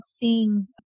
seeing